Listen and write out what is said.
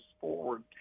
forward